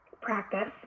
practice